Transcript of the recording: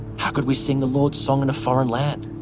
how could we sing the lord's song in a foreign land?